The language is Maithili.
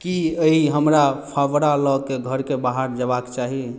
की एहि हमरा फावड़ा लऽ के घरके बाहर जेबाक चाही